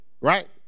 right